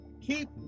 Keep